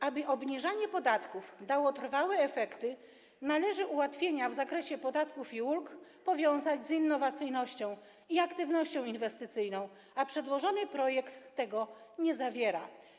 Aby obniżanie podatków dało trwałe efekty, należy ułatwienia w zakresie podatków i ulg powiązać z innowacyjnością i aktywnością inwestycyjną, a przedłożony projekt tego nie zawiera.